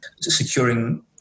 securing